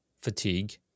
fatigue